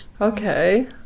okay